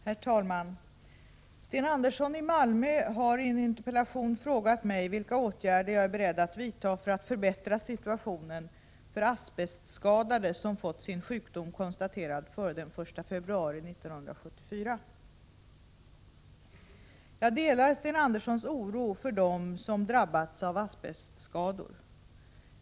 Herr talman! Sten Andersson i Malmö har i en interpellation frågat mig vilka åtgärder jag är beredd att vidta för att förbättra situationen för asbestskadade som fått sin sjukdom konstaterad före den 1 februari 1974. Jag delar Sten Anderssons oro för dem som drabbats av asbestskador.